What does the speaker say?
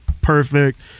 perfect